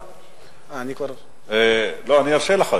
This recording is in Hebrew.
אני ארשה לך,